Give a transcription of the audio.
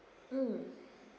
mm